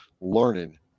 learning